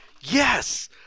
Yes